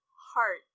Heart